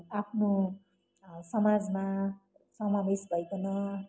आफ्नो समाजमा समावेश भइकन